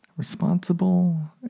Responsible